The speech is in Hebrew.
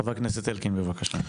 חבר הכנסת אלקין, בבקשה.